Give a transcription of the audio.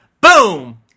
boom